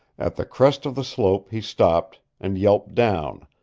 at the crest of the slope he stopped, and yelped down,